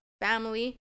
family